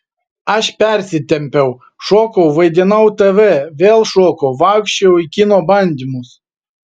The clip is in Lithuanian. aš persitempiau šokau vaidinau tv vėl šokau vaikščiojau į kino bandymus